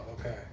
okay